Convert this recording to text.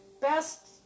best